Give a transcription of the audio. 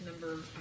number